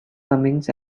comings